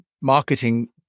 marketing